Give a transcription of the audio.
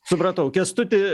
supratau kęstuti